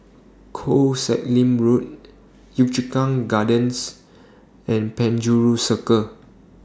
Koh Sek Lim Road Yio Chu Kang Gardens and Penjuru Circle